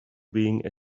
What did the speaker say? being